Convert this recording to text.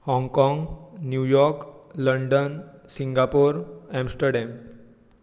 Hong Kong New York London Singapore Amsterdam